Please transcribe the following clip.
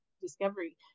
discovery